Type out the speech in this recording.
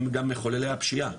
שהם גם מחוללי הפשיעה.